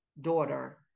daughter